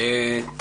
טוב.